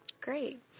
Great